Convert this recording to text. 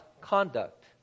conduct